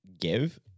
give